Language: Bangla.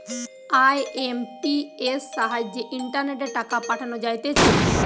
আই.এম.পি.এস সাহায্যে ইন্টারনেটে টাকা পাঠানো যাইতেছে